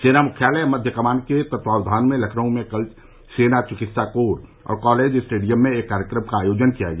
सेना मुख्यालय मध्य कमान के तत्वायान में लखनऊ में कल सेना चिकित्सा कोर और कॉलेज स्टेडियम में एक कार्यक्रम का आयोजन किया गया